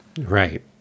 Right